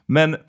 Men